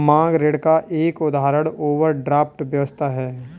मांग ऋण का एक उदाहरण ओवरड्राफ्ट व्यवस्था है